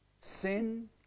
sin